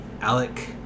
Alec